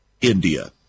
India